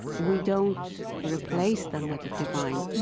we don't replace them with the divine.